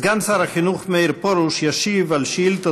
סגן שר החינוך מאיר פרוש ישיב על שאילתה